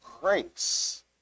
grace